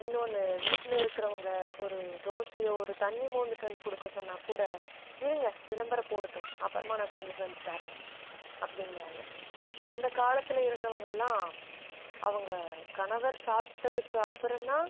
இன்னோன்னு வீட்டில் இருக்கிறவுங்க ஒரு தோசையோ ஒரு தண்ணி மோந்துட்டு வந்து கொடுக்க சொன்னாக்கூட இருங்க விளம்பரம் போடட்டும் அப்புறமா நான் கொண்டுட்டு வந்து தரேன் அப்படிங்கிறாங்க அந்த காலத்தில் இருந்தவங்களெலாம் அவங்க கணவர் சாப்பிட்டதுக்கு அப்புறந்தான்